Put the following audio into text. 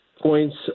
points